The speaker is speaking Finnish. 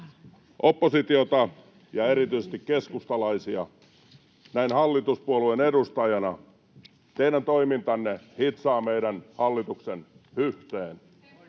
oppositiota ja erityisesti keskustalaisia näin hallituspuolueen edustajana. Teidän toimintanne hitsaa meidän hallituksen yhteen. — Kiitoksia.